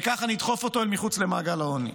וככה נדחוף אותו אל מחוץ למעגל העוני.